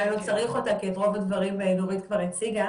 אולי לא צריך אותה כי את רוב הדברים נורית כבר הציגה,